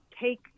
take